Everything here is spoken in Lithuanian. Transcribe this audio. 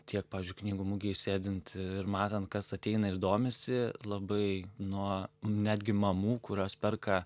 tiek pavyzdžiui knygų mugėj sėdint ir matant kas ateina ir domisi labai nuo netgi mamų kurios perka